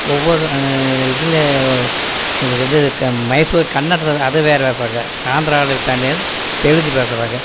ஒவ்வொரு இதில் இது மைசூர் கன்னடம் அது வேறு ஆந்திராவில் தெலுங்கு பேசுறாங்க